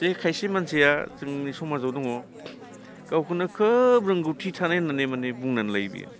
जे खायसे मानसिया जोंनि समाजाव दङ गावखौनो खोब रोंगौथि थानाय होननानै माने बुंनानै लायो बियो